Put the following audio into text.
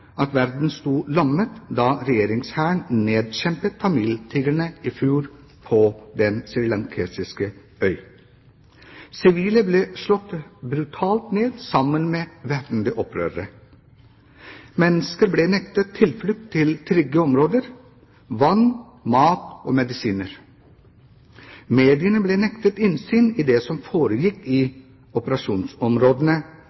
at verden sto lammet da regjeringshæren nedkjempet tamiltigrene i fjor på den srilankiske øya. Sivile ble slått brutalt ned sammen med væpnede opprørere. Mennesker ble nektet tilflukt i trygge områder og ble nektet vann, mat og medisiner. Mediene ble nektet innsyn i det som foregikk